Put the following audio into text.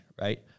right